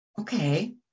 okay